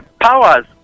powers